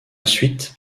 suite